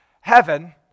heaven